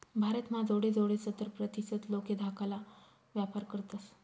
भारत म्हा जोडे जोडे सत्तर प्रतीसत लोके धाकाला व्यापार करतस